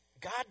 God